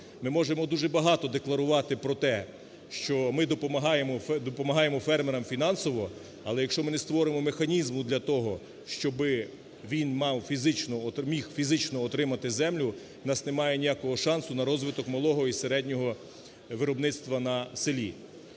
Ми можемо дуже багато декларувати про те, що ми допомагаємо... допомагаємо фермерам фінансово, але якщо ми не створимо механізму для того, щоби він мав фізично, от міг фізично отримати землю – в нас немає ніякого шансу на розвиток малого і середнього виробництва на селі.